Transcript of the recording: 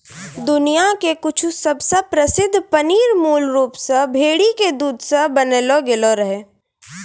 दुनिया के कुछु सबसे प्रसिद्ध पनीर मूल रूप से भेड़ी के दूध से बनैलो गेलो रहै